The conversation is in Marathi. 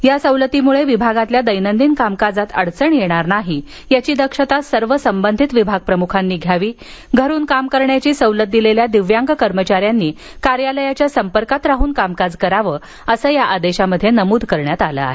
या सवलतीमुळे विभागांतील दैनंदीन कामकाजात अडचण येणार नाही याची दक्षता सर्व संबंधित विभाप्रमुखांनी घ्यावी घरून काम करण्याची सवलत दिलेल्या दिव्यांग कर्मचा यांनी कार्यालयाच्या संपर्कात राहून कामकाज करावं असं या आदेशात नमूद केलं आहे